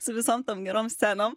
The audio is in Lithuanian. su visom tom gerom scenom